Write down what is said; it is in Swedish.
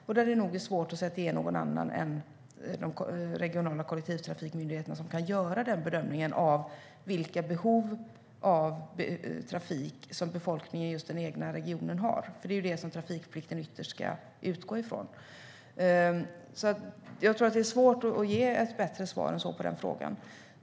Det är nog svårt att se att det är någon annan än de regionala kollektivtrafikmyndigheterna som kan göra bedömningen av vilka behov av trafik som befolkningen i den egna regionen har, som är det som trafikplikten ytterst ska utgå från. Det är svårt att ge ett bättre svar än så på den frågan.